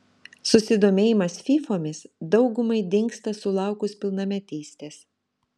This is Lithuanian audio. susidomėjimas fyfomis daugumai dingsta sulaukus pilnametystės